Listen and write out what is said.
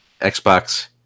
Xbox